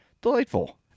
Delightful